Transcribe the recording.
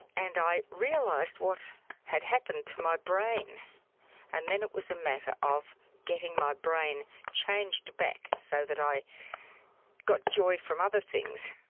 and i realised what had happened to my brain and then it was a matter of getting my brain changed back so that i got joy from other things.